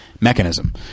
mechanism